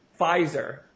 Pfizer